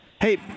Hey